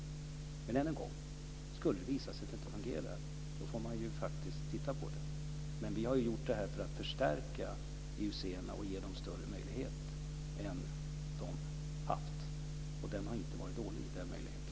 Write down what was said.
Men, än en gång: Om det skulle visa sig att det inte fungerar, får man faktiskt se över detta. Vi har gjort detta för att förstärka dessa IUC:s och ge dem en större möjlighet än de haft. Den möjligheten har inte varit dålig.